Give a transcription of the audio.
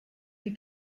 die